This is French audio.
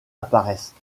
apparaissent